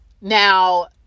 Now